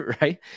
right